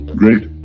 great